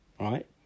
right